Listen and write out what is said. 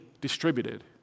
distributed